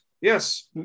Yes